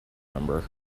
member